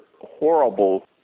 horrible